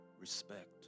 respect